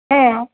हां